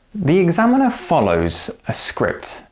the examiner follows a script,